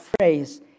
phrase